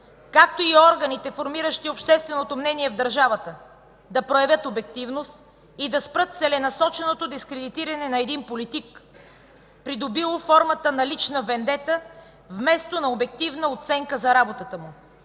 както и органите, формиращи общественото мнение в държавата, да проявят обективност и да спрат целенасоченото дискредитиране на един политик, придобило формата на лична вендета, вместо на обективна оценка за работата му.